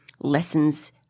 lessons